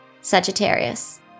Sagittarius